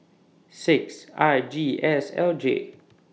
six I G S L J